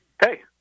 Hey